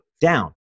down